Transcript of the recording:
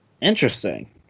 interesting